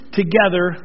together